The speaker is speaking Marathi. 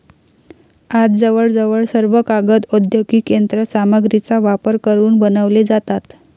आज जवळजवळ सर्व कागद औद्योगिक यंत्र सामग्रीचा वापर करून बनवले जातात